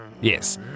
Yes